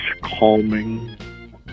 calming